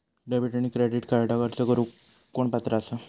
Debit आणि credit कार्डक अर्ज करुक कोण पात्र आसा?